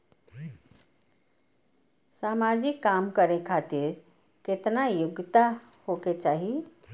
समाजिक काम करें खातिर केतना योग्यता होके चाही?